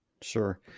Sure